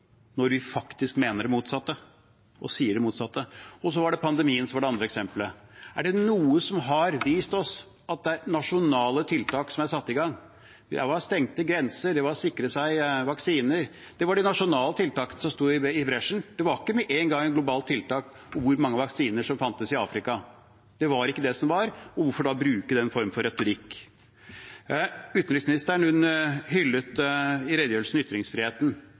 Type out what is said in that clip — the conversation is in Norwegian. når vi faktisk mener og sier det motsatte? Så var pandemien det andre eksempelet. Er det noe den har vist oss, er det at det var de nasjonale tiltakene som er satt i gang, det var stengte grenser, det var å sikre seg vaksiner, som sto i bresjen. Det var ikke med en gang et globalt tiltak om hvor mange vaksiner som fantes i Afrika. Det var ikke det som var, og hvorfor da bruke den formen for retorikk? Utenriksministeren hyllet i redegjørelsen ytringsfriheten,